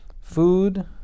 food